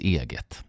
eget